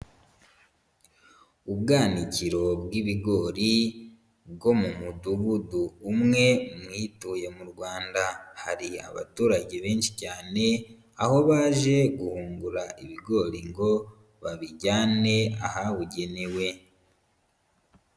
Ubwanikiro bw'ibigori bwo mu mudugudu umwe mu ituye mu Rwanda, hari abaturage benshi cyane, aho baje guhungura ibigori ngo babijyane ahabugenewe.